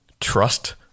trust